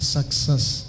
Success